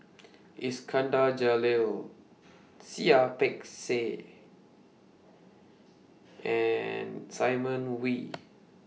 Iskandar Jalil Seah Ah Peck Seah and Simon Wee